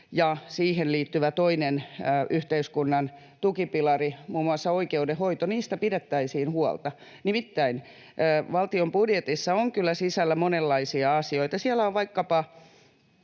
ja siihen liittyvä toinen yhteiskunnan tukipilari, muun muassa oikeudenhoito — niistä pidettäisiin huolta, nimittäin valtion budjetissa on kyllä sisällä monenlaisia asioita. Nostan